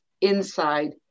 inside